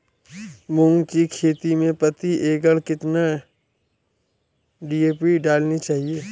मूंग की खेती में प्रति एकड़ कितनी डी.ए.पी डालनी चाहिए?